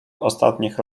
ostatnich